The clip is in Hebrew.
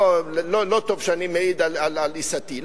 לא טוב שאני מעיד על עיסתי,